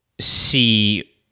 see